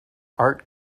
art